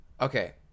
Okay